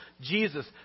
Jesus